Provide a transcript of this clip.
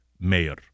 mayor